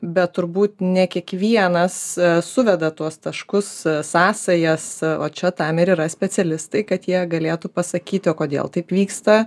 bet turbūt ne kiekvienas suveda tuos taškus sąsajas o čia tam ir yra specialistai kad jie galėtų pasakyti o kodėl taip vyksta